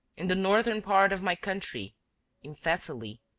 in the northern part of my country in thessaly,